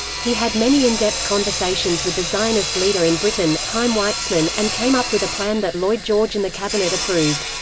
he had many in-depth conversations with the zionist leader in britain, chaim weitzman, and came up with a plan that lloyd george and the cabinet approved.